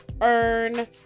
earn